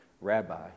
rabbi